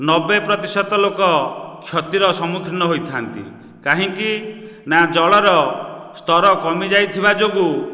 ନବେ ପ୍ରତିଶତ ଲୋକ କ୍ଷତିର ସମ୍ମୁଖୀନ ହୋଇଥାନ୍ତି କାହିଁକି ନା ଜଳର ସ୍ଥର କମିଯାଇଥିବା ଯୋଗୁଁ